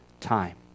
time